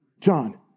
John